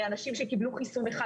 אנשים שקיבלו חיסון אחד.